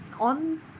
On